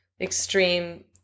extreme